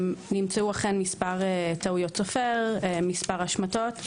נמצאו אכן מספר טעויות סופר ומספר השמטות.